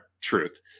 truth